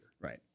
Right